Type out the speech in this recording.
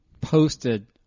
posted